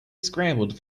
scrambled